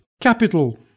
Capital